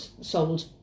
sold